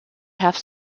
have